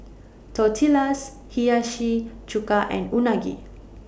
Tortillas Hiyashi Chuka and Unagi